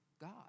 God